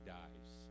dies